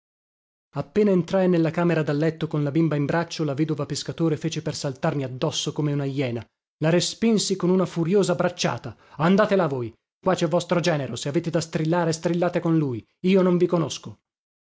appena entrai nella camera da letto con la bimba in braccio la vedova pescatore fece per saltarmi addosso come una jena la respinsi con una furiosa bracciata andate là voi qua cè vostro genero se avete da strillare strillate con lui io non vi conosco